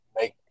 make